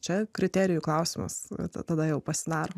čia kriterijų klausimas greta tada jau pasidaro